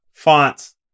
fonts